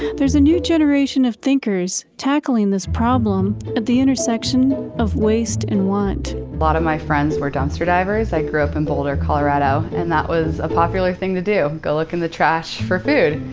there's a new generation of thinkers tackling this problem at the intersection of waste and want. a lot of my friends were dumpster divers. i grew up in boulder, colorado and that was a popular thing to do. go look in the trash for food.